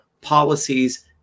policies